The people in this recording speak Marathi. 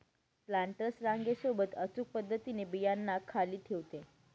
प्लांटर्स रांगे सोबत अचूक पद्धतीने बियांना खाली ठेवते